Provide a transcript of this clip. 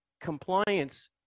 compliance